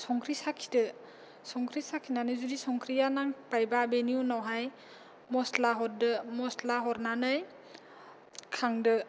संख्रि साखिदो संख्रि साखिनानै जुदि संख्रिया नांबायबा बेनि उनावहाय मस्ला हरदो मस्ला हरनानै खांदो